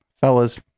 Fellas